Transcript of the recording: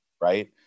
right